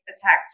attacked